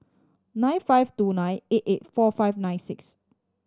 nine five two nine eight eight four five nine six